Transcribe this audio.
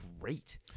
great